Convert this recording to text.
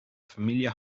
familie